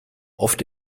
oft